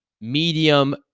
medium